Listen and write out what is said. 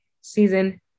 Season